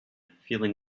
feeling